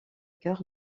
cœur